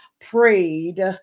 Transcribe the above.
prayed